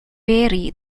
vary